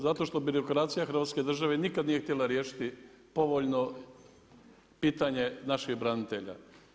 Zato što birokracija Hrvatske države nikada nije htjela riješiti povoljno pitanje naših branitelja.